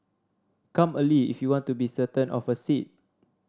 come early if you want to be certain of a seat